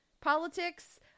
politics